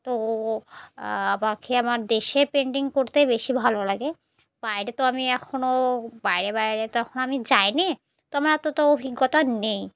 তো আমাকে আমার দেশের পেন্টিং করতে বেশি ভালো লাগে বাইরে তো আমি এখনও বাইরে বাইরে তো এখন আমি যাইনি তো আমার এতো তো অভিজ্ঞতা নেই